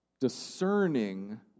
discerning